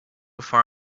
far